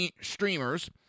streamers